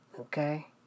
Okay